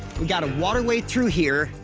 we got a waterway through here.